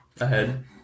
ahead